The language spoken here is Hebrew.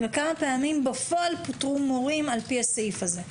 וכמה פעמים בפועל פוטרו מורים על פי הסעיף הזה.